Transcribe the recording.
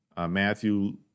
Matthew